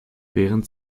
während